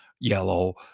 yellow